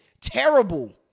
terrible